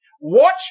Watch